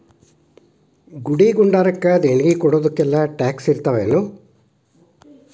ಗುಡಿ ಗುಂಡಾರಕ್ಕ ದೇಣ್ಗಿ ಕೊಡೊದಕ್ಕೆಲ್ಲಾ ಟ್ಯಾಕ್ಸ್ ಇರ್ತಾವೆನು?